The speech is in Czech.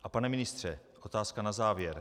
A pane, ministře, otázka na závěr.